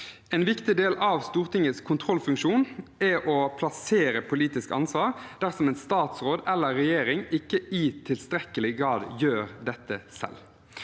En viktig del av Stortingets kontrollfunksjon er å plassere politisk ansvar dersom en statsråd eller regjering ikke i tilstrekkelig grad gjør dette selv.